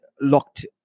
locked